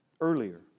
earlier